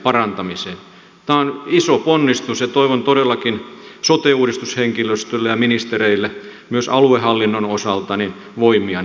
tämä on iso ponnistus ja toivon todellakin sote uudistushenkilöstölle ja ministereille myös aluehallinnon osalta voimia näihin asioihin